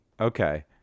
Okay